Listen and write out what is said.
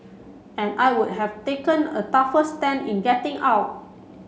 and I would have taken a tougher stand in getting out